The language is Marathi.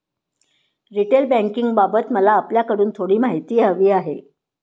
रिटेल बँकिंगबाबत मला आपल्याकडून थोडी माहिती हवी आहे